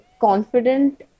confident